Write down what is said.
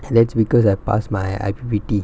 that's because I pass my I_P_P_T